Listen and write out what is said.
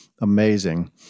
amazing